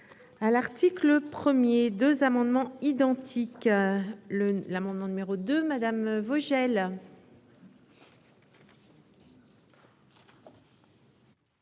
À l'article 1er, deux amendements identiques, le l'amendement numéro de madame Vogel.